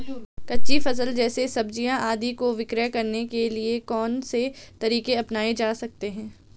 कच्ची फसल जैसे सब्जियाँ आदि को विक्रय करने के लिये कौन से तरीके अपनायें जा सकते हैं?